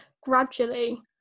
gradually